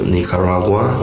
Nicaragua